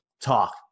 talk